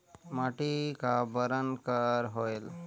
माटी का बरन कर होयल?